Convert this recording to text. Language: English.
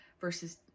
versus